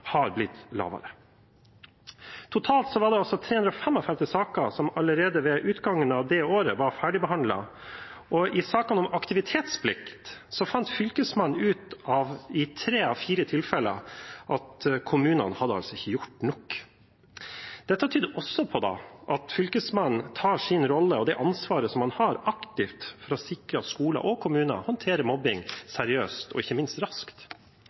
har blitt lavere. Totalt var det 355 saker som allerede ved utgangen av det året var ferdigbehandlet, og i sakene om aktivitetsplikt fant Fylkesmannen ut at i tre av fire tilfeller hadde kommunene ikke gjort nok. Det tyder på at Fylkesmannen bruker sin rolle og sitt ansvar aktivt for å sikre at skoler og kommuner håndterer mobbing seriøst og ikke minst raskt.